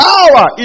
Power